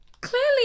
clearly